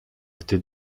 gdy